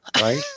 right